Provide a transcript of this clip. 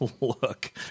look